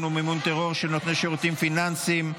ומימון טרור על נותני שירותים פיננסיים),